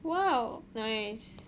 !wow! nice